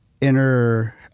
inner